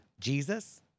Jesus